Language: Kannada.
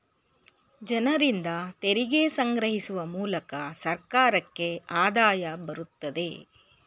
ಜನರಿಂದ ತೆರಿಗೆ ಸಂಗ್ರಹಿಸುವ ಮೂಲಕ ಸರ್ಕಾರಕ್ಕೆ ಆದಾಯ ಬರುತ್ತದೆ